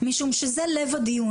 משום שזה לב הדיון.